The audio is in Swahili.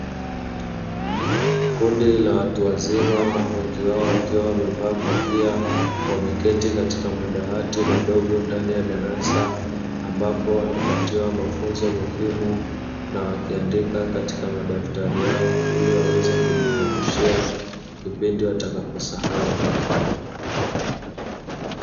Kundi la watu wazima wengi wao wakiwa wamevaa kofia wameketi katika madawati madogo ndani ya darasa ambapo wanapatiwa mafunzo muhimu na wakiandika katika madaftari yao ili waweze kujikumbushia kipindi watakapo sahau.